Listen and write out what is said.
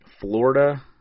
Florida